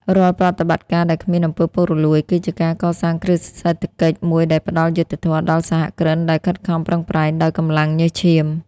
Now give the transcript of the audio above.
រាល់ប្រតិបត្តិការដែលគ្មាន អំពើពុករលួយ គឺជាការកសាងគ្រឹះសេដ្ឋកិច្ចមួយដែលផ្ដល់យុត្តិធម៌ដល់សហគ្រិនដែលខិតខំប្រឹងប្រែងដោយកម្លាំងញើសឈាម។